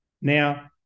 Now